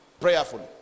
Prayerfully